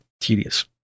tedious